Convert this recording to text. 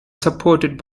supported